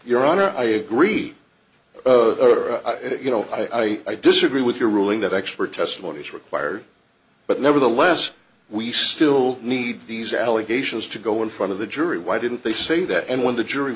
your honor i agreed that you know i i disagree with your ruling that expert testimony is required but nevertheless we still need these allegations to go in front of the jury why didn't they say that and when the jury